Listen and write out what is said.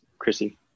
Chrissy